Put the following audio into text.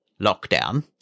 lockdown